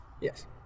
Yes